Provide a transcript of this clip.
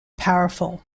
powerful